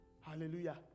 Hallelujah